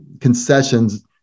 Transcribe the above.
concessions